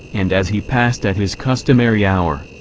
and as he passed at his customary hour,